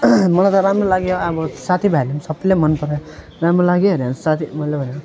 मलाई त राम्रो लाग्यो अब साथीभाइहरूले पनि सबैले मनपरायो राम्रो लाग्यो अरे अब साथी मैले भनेको